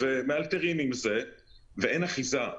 אין לו מערכת של נהיגה אוטונומית,